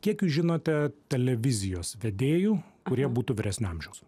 kiek jūs žinote televizijos vedėjų kurie būtų vyresnio amžiaus